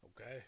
Okay